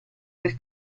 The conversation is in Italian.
del